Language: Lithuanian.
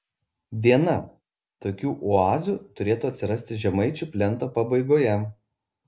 viena tokių oazių turėtų atsirasti žemaičių plento pabaigoje